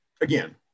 again